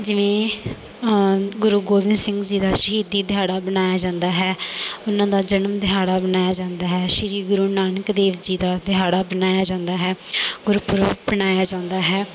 ਜਿਵੇਂ ਗੁਰੂ ਗੋਬਿੰਦ ਸਿੰਘ ਜੀ ਦਾ ਸ਼ਹੀਦੀ ਦਿਹਾੜਾ ਮਨਾਇਆ ਜਾਂਦਾ ਹੈ ਉਹਨਾਂ ਦਾ ਜਨਮ ਦਿਹਾੜਾ ਮਨਾਇਆ ਜਾਂਦਾ ਹੈ ਸ਼੍ਰੀ ਗੁਰੂ ਨਾਨਕ ਦੇਵ ਜੀ ਦਾ ਦਿਹਾੜਾ ਮਨਾਇਆ ਜਾਂਦਾ ਹੈ ਗੁਰਪੁਰਬ ਮਨਾਇਆ ਜਾਂਦਾ ਹੈ